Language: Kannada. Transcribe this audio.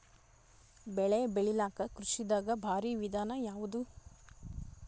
ಬೆಳೆ ಬೆಳಿಲಾಕ ಕೃಷಿ ದಾಗ ಭಾರಿ ವಿಧಾನ ಯಾವುದು?